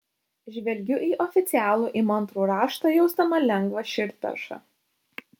žvelgiu į oficialų įmantrų raštą jausdama lengvą širdperšą